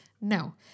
No